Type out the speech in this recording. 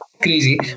crazy